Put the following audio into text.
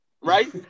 right